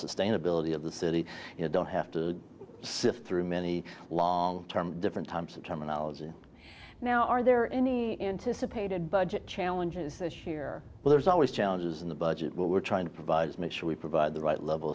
sustainability of the city you don't have to sift through many long term different types of terminology now are there any anticipated budget challenges this year there's always challenges in the budget what we're trying to provide is make sure we provide the right level